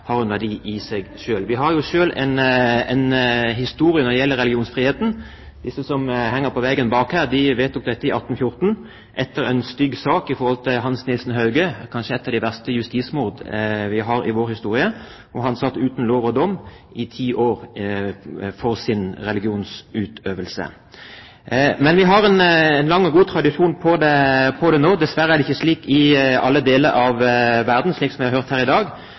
vedtok det i 1814, etter en stygg sak om Hans Nielsen Hauge og kanskje et av de verste justismord vi har i vår historie. Han satt uten lov og dom i ti år for sin religionsutøvelse. Men vi har en lang og god tradisjon for det nå. Dessverre er det ikke slik i alle deler av verden, som vi har hørt her i dag.